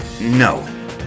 No